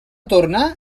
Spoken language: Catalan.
torne